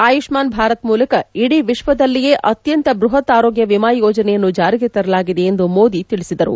ಆಯುಷ್ಮಾನ್ ಭಾರತ್ ಮೂಲಕ ಇಡೀ ವಿಶ್ವದಲ್ಲಿಯೇ ಅತ್ಯಂತ ಬೃಹತ್ ಆರೋಗ್ಯ ವಿಮಾ ಯೋಜನೆಯನ್ನು ಜಾರಿಗೆ ತರಲಾಗಿದೆ ಎಂದು ಮೋದಿ ತಿಳಿಸಿದರು